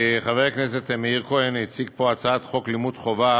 חבר הכנסת מאיר כהן הציג פה את הצעת חוק לימוד חובה